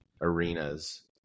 arenas